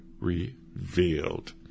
revealed